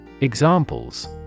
Examples